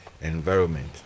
environment